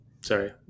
sorry